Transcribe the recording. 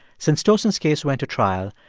since tosin's case went to trial,